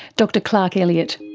dr clark elliott.